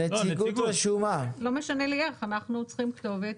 אנחנו צריכים כתובת.